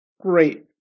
great